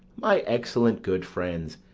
my excellent good friends!